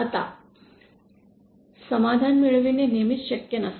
आता समाधान मिळविणे नेहमीच शक्य नसते